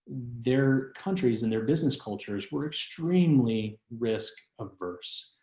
their countries and their business cultures were extremely risk averse